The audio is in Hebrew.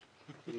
נשארו תמונות.